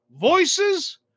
voices